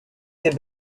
ses